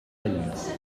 tallats